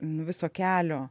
viso kelio